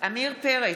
עמיר פרץ,